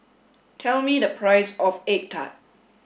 tell me the price of Egg Tart